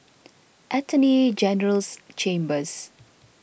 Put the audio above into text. Attorney General's Chambers